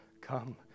come